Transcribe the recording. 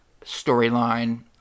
storyline